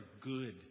good